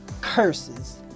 curses